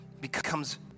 becomes